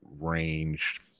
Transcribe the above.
range